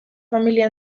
familia